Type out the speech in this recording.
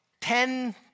ten